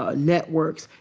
ah networks.